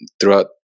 throughout